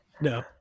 No